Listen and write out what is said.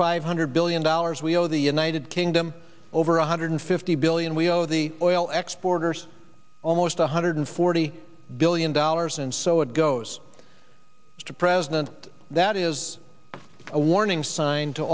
five hundred billion dollars we owe the united kingdom over one hundred fifty billion we owe the oil exports almost one hundred forty billion dollars and so it goes to president that is a warning sign to